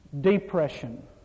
depression